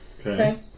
Okay